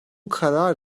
karar